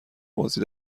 بازی